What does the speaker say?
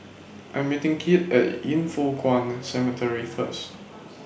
I'm meeting Kit At Yin Foh Kuan Cemetery First